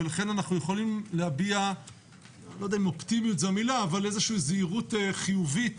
ולכן אנחנו יכולים להביע איזושהי זהירות חיובית